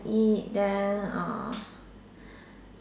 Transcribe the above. eat then uh